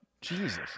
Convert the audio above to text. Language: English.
Jesus